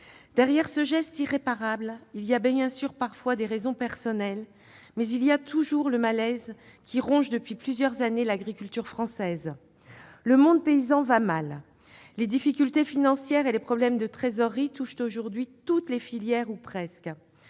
Derrière ce geste irréparable, il y a parfois, à l'évidence, des raisons personnelles, mais il y a toujours le malaise qui ronge depuis plusieurs années l'agriculture française. Le monde paysan va mal ! Les difficultés financières et les problèmes de trésorerie touchent aujourd'hui toutes les filières, ou presque.